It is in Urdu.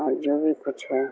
اور جو بھی کچھ ہے